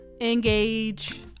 engage